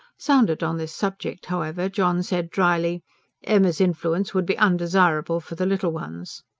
sounded on this subject, however, john said dryly emma's influence would be undesirable for the little ones.